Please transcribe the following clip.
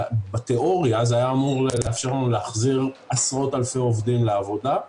בתיאוריה זה היה אמור לאפשר לנו להחזיר עשרות אלפי עובדים לעבודה,